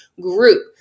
group